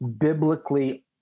biblically